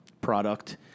product